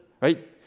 right